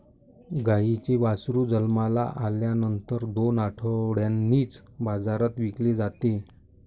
गाईचे वासरू जन्माला आल्यानंतर दोन आठवड्यांनीच बाजारात विकले जाते